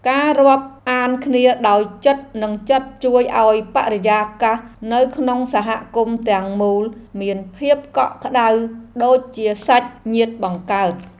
ការរាប់អានគ្នាដោយចិត្តនិងចិត្តជួយឱ្យបរិយាកាសនៅក្នុងសហគមន៍ទាំងមូលមានភាពកក់ក្តៅដូចជាសាច់ញាតិបង្កើត។